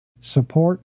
support